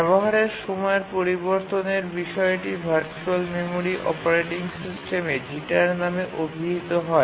ব্যবহারের সময়ের পরিবর্তনের বিষয়টি ভার্চুয়াল মেমরি অপারেটিং সিস্টেমে জিটার নামে অভিহিত হয়